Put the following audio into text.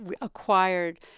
acquired